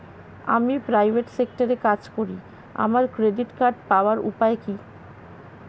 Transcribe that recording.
আমি প্রাইভেট সেক্টরে কাজ করি আমার ক্রেডিট কার্ড পাওয়ার উপায় কি?